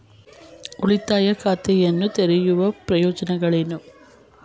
ಉಳಿತಾಯ ಖಾತೆಯನ್ನು ತೆರೆಯುವ ಪ್ರಯೋಜನಗಳೇನು?